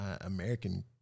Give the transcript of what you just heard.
American